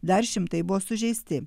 dar šimtai buvo sužeisti